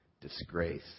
disgrace